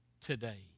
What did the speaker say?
today